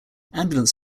ambulance